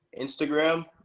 Instagram